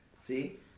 See